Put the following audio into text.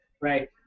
right